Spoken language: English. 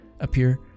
appear